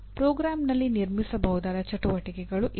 ಪ್ರೋಗ್ರಾಂನಲ್ಲಿ ನಿರ್ಮಿಸಬಹುದಾದ ಚಟುವಟಿಕೆಗಳು ಇವು